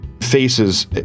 faces